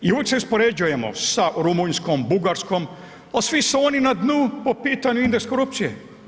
I uvijek se uspoređujemo sa Rumunjskom, Bugarskom, a svi su oni na dnu po pitanju indeksa korupcije.